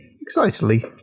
excitedly